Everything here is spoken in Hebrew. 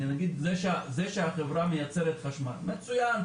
זה שהחברה מייצרת חשמל מצוין.